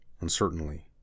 uncertainly